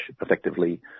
effectively